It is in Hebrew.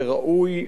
זה ראוי,